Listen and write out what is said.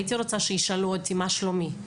הייתי רוצה שישאלו אותי מה שלומי,